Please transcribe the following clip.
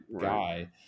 guy